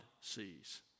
sees